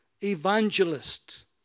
evangelist